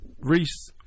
Reese